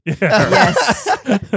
Yes